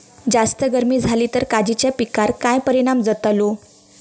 जास्त गर्मी जाली तर काजीच्या पीकार काय परिणाम जतालो?